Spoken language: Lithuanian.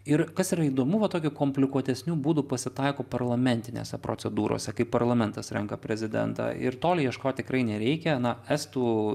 ir kas yra įdomu va tokių komplikuotesnių būdų pasitaiko parlamentinėse procedūrose kai parlamentas renka prezidentą ir toli ieškot tikrai nereikia ana estų